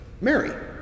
Mary